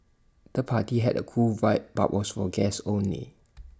the party had A cool vibe but was for guests only